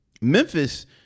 Memphis